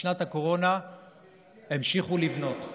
בשנת הקורונה המשיכו לבנות.